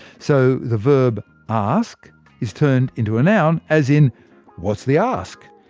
so the verb ask is turned into a noun, as in what's the ask.